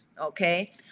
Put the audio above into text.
okay